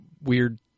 weird